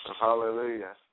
Hallelujah